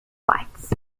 rights